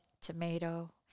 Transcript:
tomato